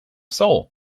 soul